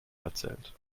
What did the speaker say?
erzählt